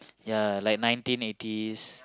ya like nineteen eightieth